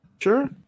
sure